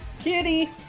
Kitty